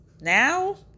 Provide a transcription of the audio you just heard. now